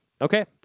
Okay